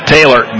Taylor